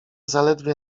zaledwie